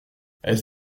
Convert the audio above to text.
elles